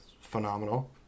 Phenomenal